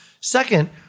second